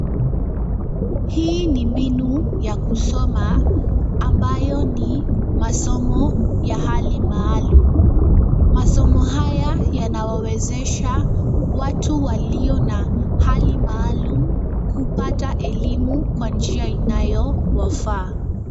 Hii ni mbinu ya kusoma ambayo ni masomo ya hali maalum. Masomo haya yanawawezesha watu walio na hali maalum kupata elimu kwa njia inayo wafaa.